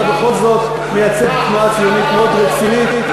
אתה בכל זאת מייצג תנועה ציונית מאוד רצינית,